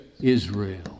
Israel